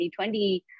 2020